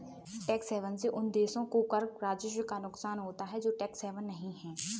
tax haven से उन देशों को कर राजस्व का नुकसान होता है जो टैक्स हेवन नहीं हैं